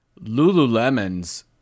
Lululemons